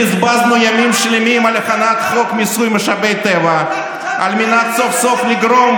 בזבזנו ימים שלמים על הכנת חוק מיסוי משאבי טבע על מנת לגרום